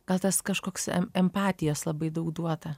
gal tas kažkoks empatijos labai daug duota